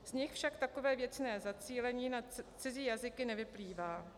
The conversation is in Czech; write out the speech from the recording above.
Z nich však takové věcné zacílení na cizí jazyky nevyplývá.